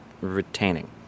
retaining